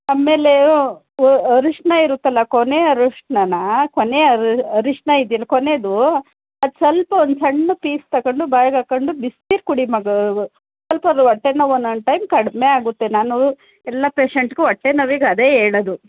ಆಮೇಲೆ ಅರಿಷ್ಣ ಇರುತ್ತಲ್ಲ ಕೊನೆ ಅರಿಷ್ಣನಾ ಕೊನೆ ಅರಿಷಿಣ ಇದೆಯಲ್ಲ ಕೊನೇದು ಅದು ಸ್ವಲ್ಪ ಒಂದು ಸಣ್ಣ ಪೀಸ್ ತಗೊಂಡು ಬಾಯಿಗೆ ಹಾಕೊಂಡು ಬಿಸ್ನೀರು ಕುಡಿ ಸ್ವಲ್ಪ ಅದು ಹೊಟ್ಟೆನೋವು ಒಂದೊಂದ್ ಟೈಮ್ ಕಡಿಮೆ ಆಗುತ್ತೆ ನಾನು ಎಲ್ಲ ಪೇಷಂಟಿಗು ಹೊಟ್ಟೆ ನೋವಿಗೆ ಅದೇ ಹೇಳೊದು